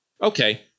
Okay